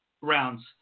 rounds